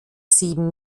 sieben